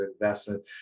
investment